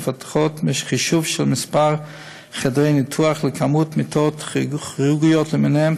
מפתחות חישוב של מספר חדרי ניתוח למספר מיטות כירורגיות למיניהן,